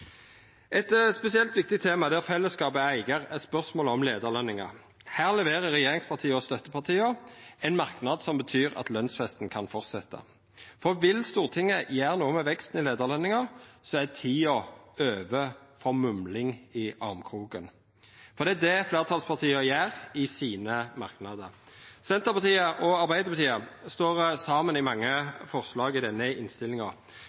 Eit spesielt viktig tema der fellesskapet er eigar, er spørsmålet om leiarløningar. Her leverer regjeringspartia og støttepartia ein merknad som betyr at lønsfesten kan fortsetja. Vil Stortinget gjera noko med veksten i leiarløningar, er tida for mumling i armkroken over, for det er det fleirtalspartia gjer i sine merknadar. Senterpartiet og Arbeidarpartiet står saman i mange forslag i denne innstillinga,